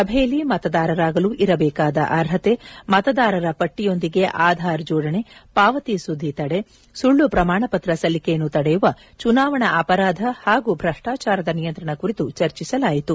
ಸಭೆಯಲ್ಲಿ ಮತದಾರರಾಗಲು ಇರಬೇಕಾದ ಅರ್ಹತೆ ಮತದಾರರ ಪಟ್ಟಿಯೊಂದಿಗೆ ಆಧಾರ್ ಜೋಡಣೆ ಪಾವತಿ ಸುದ್ದಿ ತಡೆ ಸುಳ್ಳು ಪ್ರಮಾಣಪತ್ರ ಸಲ್ಲಿಕೆಯನ್ನು ತಡೆಯುವ ಚುನಾವಣಾ ಅಪರಾಧ ಹಾಗೂ ಭ್ರಷ್ಲಾಚಾರದ ನಿಯಂತ್ರಣ ಕುರಿತು ಚರ್ಚಿಸಲಾಯಿತು